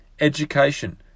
education